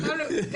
אופנוענים.